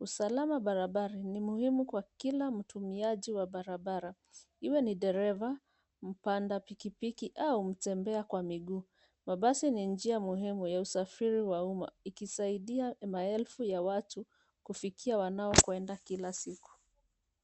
Usalama barabara ni muhimu kwa kila mtumiaji wa barabara. Iwe ni dereva, mpanda pikipiki, au mtembea kwa miguu. Mabasi ni njia muhimu ya usafiri wa umma, ikisaidia maelfu ya watu, kufikia wanaokwenda kila siku.